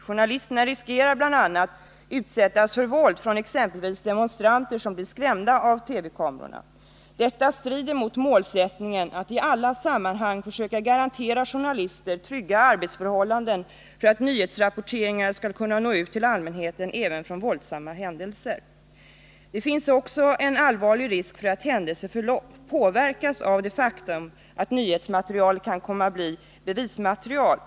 Journalisterna riskerar bl.a. att utsättas för våld från exempelvis demonstranter, som blir skrämda av TV-kamerorna. Detta strider mot målsättningen att i alla sammanhang försöka garantera journalister trygga arbetsförhållanden för att nyhetsrapporteringar skall kunna nå ut till allmänheten även från våldsamma händelser. Det finns också en allvarlig risk för att händelseförlopp påverkas av det faktum att nyhetsmaterialet kan komma att bli bevismaterial.